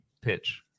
pitch